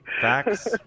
Facts